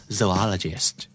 zoologist